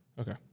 Okay